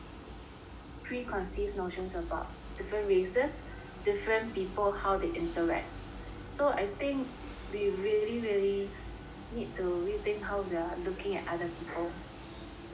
preconceived notions about different races different people how they interact so I think we really really need to rethink how we are looking at other people